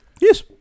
Yes